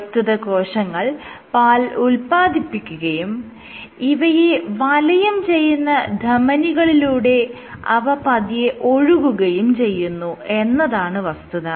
പ്രസ്തുത കോശങ്ങൾ പാൽ ഉല്പാദിപ്പിക്കുകയും ഇവയെ വലയം ചെയ്യുന്ന ധമനികളിലൂടെ അവ പതിയെ ഒഴുകകയും ചെയ്യുന്നു എന്നതാണ് വസ്തുത